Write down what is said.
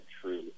true